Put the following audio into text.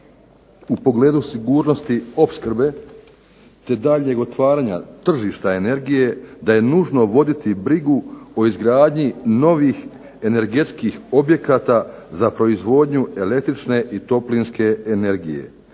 u pogledu sigurnosti opskrbe, te daljnjeg otvaranja tržišta energije, da je nužno voditi brigu o izgradnji novih energetskih objekata za proizvodnju električne i toplinske energije